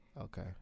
Okay